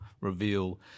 reveal